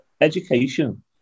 Education